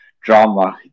drama